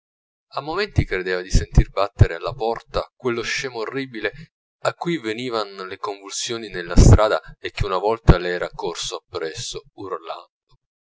a momenti credeva di sentir battere alla porta quello scemo orribile a cui venivan le convulsioni nella strada e che una volta le era corso appresso urlando